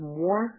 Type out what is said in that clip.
more